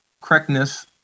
correctness